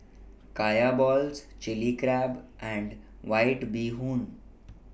Kaya Balls Chilli Crab and White Bee Hoon